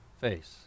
face